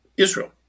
Israel